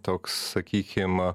toks sakykim